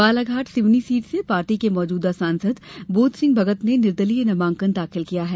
Balaghat Seoni seat से party के मौजूदा सांसद बोधसिंह भगत ने निर्दलीय नामांकन दाखिल किया है